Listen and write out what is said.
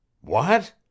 What